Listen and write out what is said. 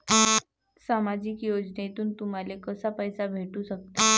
सामाजिक योजनेतून तुम्हाले कसा पैसा भेटू सकते?